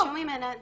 וביקשו ממנה דברים,